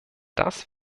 das